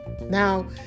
Now